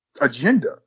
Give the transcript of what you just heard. Agenda